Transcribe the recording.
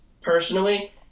personally